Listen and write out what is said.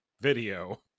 video